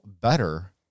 better